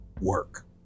work